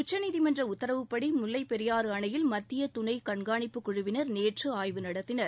உச்சநீதிமன்ற உத்தரவுப்படி முல்லைப் பெரியாறு அணையில் மத்திய துணைக் கண்காணிப்புக் குழுவினர் நேற்று ஆய்வு நடத்தினர்